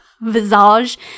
visage